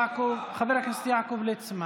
חבר הכנסת יעקב ליצמן.